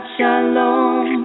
Shalom